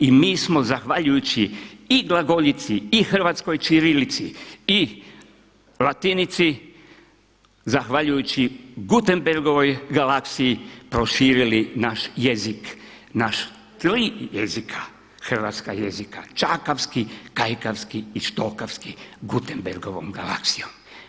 I mi smo zahvaljujući i glagoljici i hrvatskoj ćirilici i latinici, zahvaljujući Gutenbergovoj galaksiji proširili naš jezik, naša tri jezika, hrvatska jezika, čakavski, kajkavski i štokavski Gutenbergovom galaksijom.